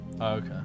Okay